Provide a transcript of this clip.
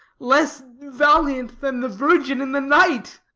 less valiant than the virgin in the night,